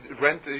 Rent